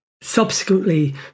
subsequently